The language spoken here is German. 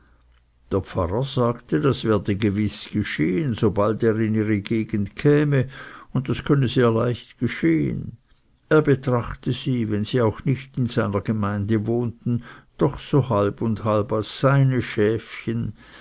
der pfarrer sagte das werde gewiß geschehen sobald er in ihre gegend käme und das könne sehr leicht geschehen er betrachte sie wenn sie auch nicht in seiner gemeinde wohnten doch so halb und halb als seine schäfchen